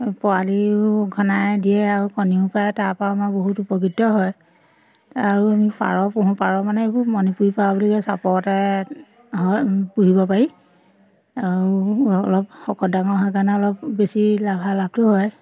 আ পোৱালিও ঘনাই দিয়ে আৰু কণীও পাৰে তাৰপৰা আমাৰ বহুত উপকৃত হয় আৰু আমি পাৰ পুহোঁ পাৰ মানে এইবোৰ মণিপুৰী পাৰ বুলি কয় চাপৰতে হয় পুহিব পাৰি আৰু অলপ শকত ডাঙৰ হয় কাৰণে অলপ বেছি লাভালাভটো হয়